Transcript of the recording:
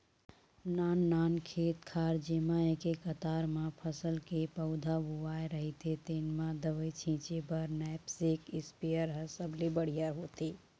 नाननान खेत खार जेमा एके कतार म फसल के पउधा बोवाए रहिथे तेन म दवई छिंचे बर नैपसेक इस्पेयर ह सबले बड़िहा होथे